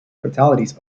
fatalities